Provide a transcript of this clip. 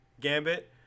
Gambit